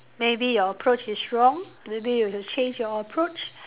maybe your approach is wrong maybe you change your approach